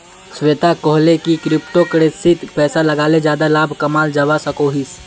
श्वेता कोहले की क्रिप्टो करेंसीत पैसा लगाले ज्यादा लाभ कमाल जवा सकोहिस